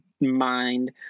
mind